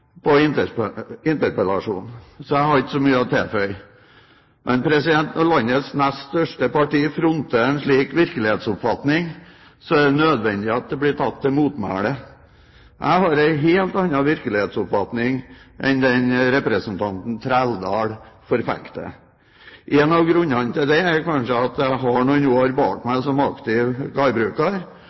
på interpellasjonen, så jeg har ikke så mye å tilføye. Men når landets nest største parti fronter en slik virkelighetsoppfatning, er det nødvendig at det blir tatt til motmæle. Jeg har en helt annen virkelighetsoppfatning enn den representanten Trældal forfekter. En av grunnene til det er kanskje at jeg har noen år bak meg som aktiv